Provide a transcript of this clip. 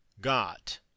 got